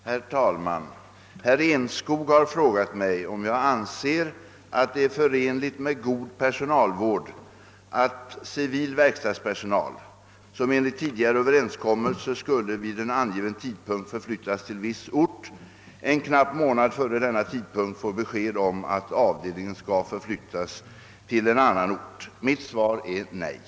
Herr talman! Herr Enskog har frågat mig om jag anser att det är förenligt med god personalvård att civil verkstadspersonal, som enligt tidigare överenskommelse skulle vid en angiven tidpunkt förflyttas till viss ort, en knapp månad före denna tidpunkt får besked om att avdelningen skall förflyttas till en helt annan ort. Mitt svar är nej.